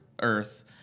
Earth